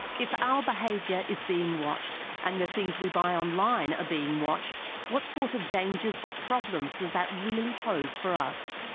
if our behavior is being watched and the things we buy online are being watched what sort of dangers or problems does that really pose for us?